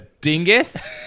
dingus